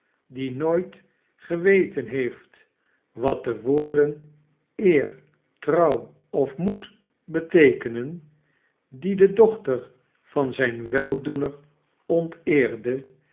die nooit geweten heeft wat de woorden eer trouwof moed beteekenen die de dochter van zijn weldoener